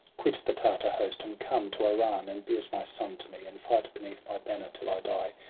quit the tartar host, and come to iran, and be as my son to me, and fight beneath my banner till i die.